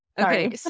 okay